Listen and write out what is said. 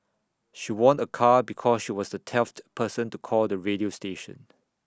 she won A car because she was the twelfth person to call the radio station